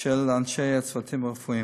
של אנשי הצוותים הרפואיים.